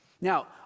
now